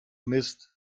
mist